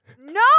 No